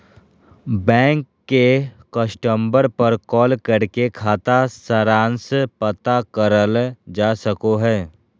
bank के customer पर call करके खाता सारांश पता करल जा सको हय